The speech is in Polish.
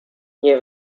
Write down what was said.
nie